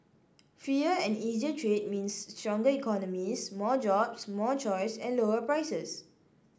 freer and easier trade means stronger economies more jobs more choice and lower prices